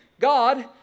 God